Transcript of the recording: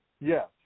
Yes